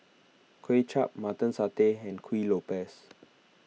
Kway Chap Mutton Satay and Kuih Lopes